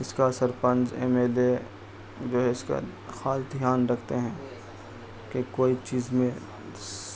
اس کا sarpanch M L A جو ہے اس کا خاص دھیان رکھتے ہیں کہ کوئی چیز میں